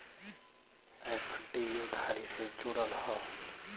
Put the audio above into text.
FD उधारी से जुड़ल हौ